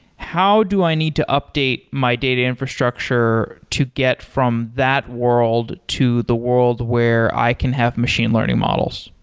how do i need to update my data infrastructure to get from that world to the world where i can have machine learning models?